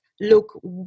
look